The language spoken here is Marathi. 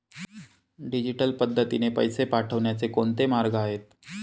डिजिटल पद्धतीने पैसे पाठवण्याचे कोणते मार्ग आहेत?